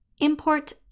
import